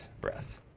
breath